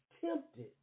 Tempted